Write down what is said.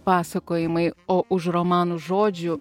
pasakojimai o už romanų žodžių